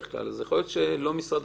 מישהו ממשרד